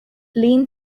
lean